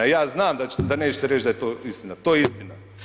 Ja znam da nećete reći da je to istina, to je istina.